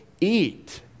eat